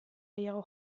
gehiago